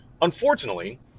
unfortunately